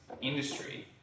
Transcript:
industry